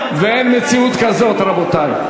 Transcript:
ואין מציאות כזאת, רבותי.